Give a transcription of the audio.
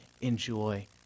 enjoy